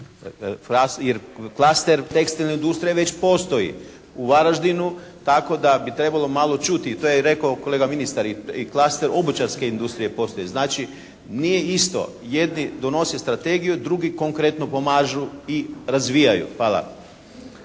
jer klaster tekstilne industrije već postoji u Varaždinu tako da bi trebalo malo čuti. I to je rekao i kolega ministar. I klaster obućarske industrije postoji. Znači nije isto jedni donose strategiju, drugi konkretno pomažu i razvijaju. Hvala.